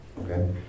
Okay